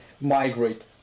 migrate